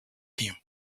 team